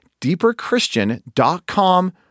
deeperchristian.com